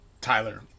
Tyler